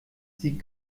sie